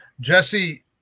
Jesse